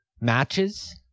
Matches